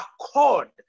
accord